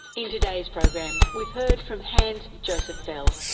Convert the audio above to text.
in today's program we've heard from hans-josef fell,